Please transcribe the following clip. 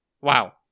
wow